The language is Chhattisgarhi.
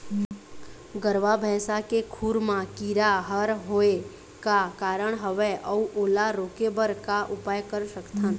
गरवा भैंसा के खुर मा कीरा हर होय का कारण हवए अऊ ओला रोके बर का उपाय कर सकथन?